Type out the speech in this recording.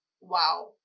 wow